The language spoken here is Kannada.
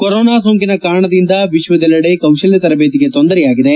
ಕೊರೊನಾ ಸೋಂಕಿನ ಕಾರಣದಿಂದ ವಿಶ್ವದಲ್ಲಿಡೆ ಕೌಶಲ್ಲ ತರಬೇತಿಗೆ ತೊಂದರೆಯಾಗಿದೆ